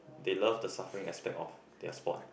they love the suffering aspect of their sport